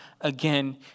again